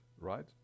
right